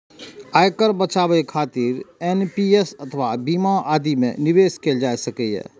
आयकर बचाबै खातिर एन.पी.एस अथवा बीमा आदि मे निवेश कैल जा सकैए